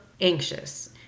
anxious